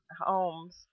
homes